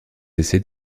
essais